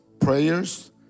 prayers